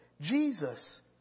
Jesus